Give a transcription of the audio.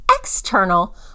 external